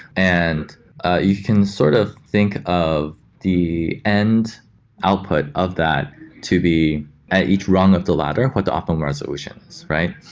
and ah you can sort of think of the end output of that to be at each rung of the ladder with the optimum resolutions, right?